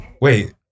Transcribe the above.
wait